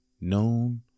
Known